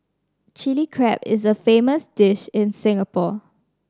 Chilli Crab is a famous dish in Singapore